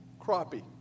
crappie